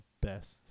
best